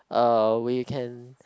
uh we can